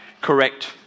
correct